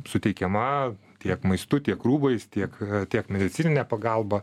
suteikiama tiek maistu tiek rūbais tiek tiek medicininė pagalba